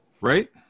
Right